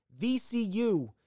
VCU